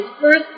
first